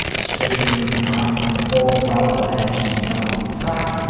discussion went back and forth about where to mount the attack,